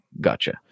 Gotcha